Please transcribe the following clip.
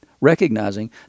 recognizing